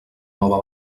nova